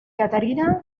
caterina